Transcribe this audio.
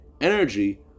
energy